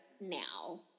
now